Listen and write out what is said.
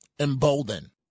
Embolden